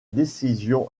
décision